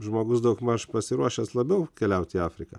žmogus daugmaž pasiruošęs labiau keliauti į afriką